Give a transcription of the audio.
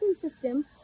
system